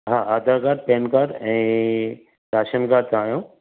हा Aadhaar card PAN card ऐं ration card तव्हां जो